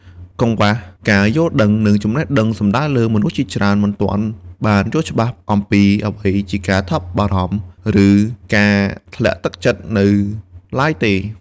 កង្វះការយល់ដឹង និងចំណេះដឹងសំដៅលើមនុស្សជាច្រើនមិនទាន់បានយល់ច្បាស់អំពីអ្វីជាការថប់បារម្ភ ឬការធ្លាក់ទឹកចិត្តនៅឡើយទេ។